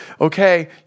okay